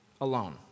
Alone